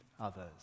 others